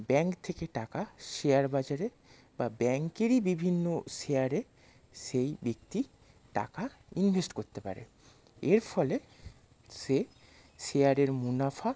bank থেকে টাকা share বাজারে বা ব্যাঙ্কেরই বিভিন্ন শেয়ারে সেই ব্যক্তি টাকা ইনভেস্ট করতে পারে এর ফলে সে শেয়ারের মুনাফা